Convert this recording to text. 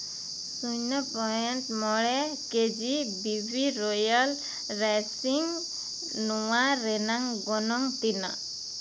ᱥᱩᱱᱱᱚ ᱯᱚᱭᱮᱱᱴ ᱢᱚᱬᱮ ᱠᱮᱡᱤ ᱰᱤᱡᱤ ᱨᱚᱭᱮᱞ ᱨᱟᱭᱥᱤᱱᱥ ᱱᱚᱣᱟ ᱨᱮᱱᱟᱜ ᱜᱚᱱᱚᱝ ᱛᱤᱱᱟᱹᱜ